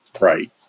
right